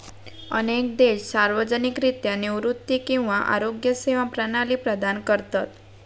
अनेक देश सार्वजनिकरित्या निवृत्ती किंवा आरोग्य सेवा प्रणाली प्रदान करतत